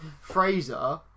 Fraser